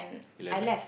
eleven